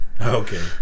okay